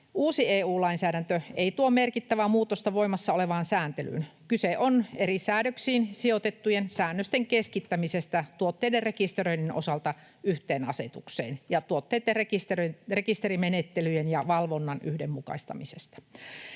Uusi EU-lainsäädäntö ei tuo merkittävää muutosta voimassa olevaan sääntelyyn. Kyse on eri säädöksiin sijoitettujen säännösten keskittämisestä tuotteiden rekisteröinnin osalta yhteen asetukseen ja tuotteiden rekisterimenettelyjen ja valvonnan yhdenmukaistamisesta.